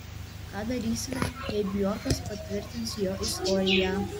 ką darysime jei bjorkas patvirtins jo istoriją